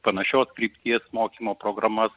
panašios krypties mokymo programas